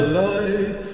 light